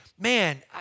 Man